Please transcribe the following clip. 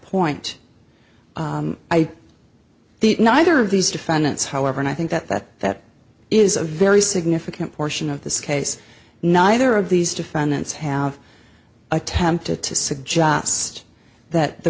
the neither of these defendants however and i think that that that is a very significant portion of this case neither of these defendants have attempted to suggest that the